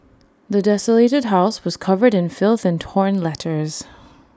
the desolated house was covered in filth and torn letters